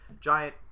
Giant